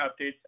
updates